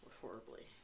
horribly